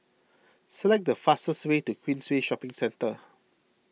select the fastest way to Queensway Shopping Centre